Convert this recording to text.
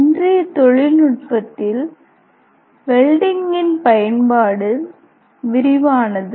இன்றைய தொழில்நுட்பத்தில் வெல்டிங்கின் பயன்பாடு விரிவானது